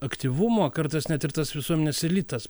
aktyvumo kartais net ir tas visuomenės elitas